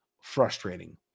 frustrating